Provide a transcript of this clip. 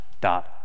dot